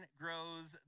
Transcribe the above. grows